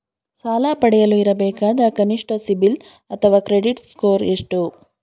ಸಾಲ ಪಡೆಯಲು ಇರಬೇಕಾದ ಕನಿಷ್ಠ ಸಿಬಿಲ್ ಅಥವಾ ಕ್ರೆಡಿಟ್ ಸ್ಕೋರ್ ಎಷ್ಟು?